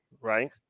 Right